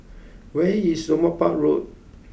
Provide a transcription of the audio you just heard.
where is Somapah Road